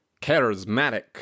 charismatic